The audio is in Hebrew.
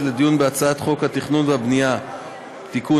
לדיון בהצעת חוק התכנון והבנייה (תיקון,